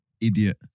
idiot